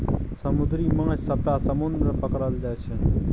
समुद्री माछ सबटा समुद्र मे पकरल जाइ छै